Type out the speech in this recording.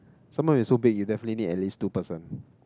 some more it's so big you definitely at least two person